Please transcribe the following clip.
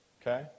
okay